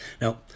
Now